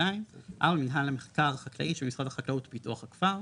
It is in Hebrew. ו-(2); מינהל המחקר החקלאי שבמשרד החקלאות ופיתוח הכפר,